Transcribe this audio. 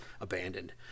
abandoned